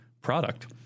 product